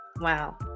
Wow